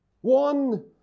One